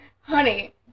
Honey